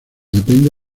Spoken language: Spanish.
depende